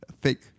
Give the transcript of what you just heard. fake